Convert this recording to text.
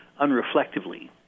unreflectively